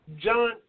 John